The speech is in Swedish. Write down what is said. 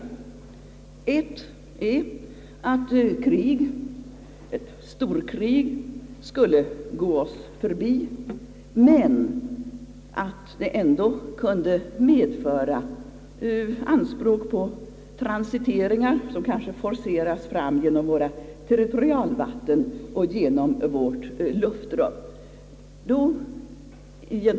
Den första möjligheten är, att ett storkrig skulle gå oss förbi men att detta ändå kunde medföra behov av transiteringar, som kanske skulle forceras fram genom våra territorialvatten och i vårt luftrum.